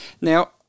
Now